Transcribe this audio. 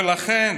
ולכן